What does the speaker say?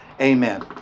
Amen